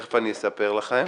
מיד אספר לכם.